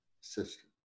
system